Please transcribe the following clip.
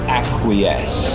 acquiesce